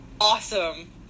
awesome